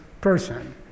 person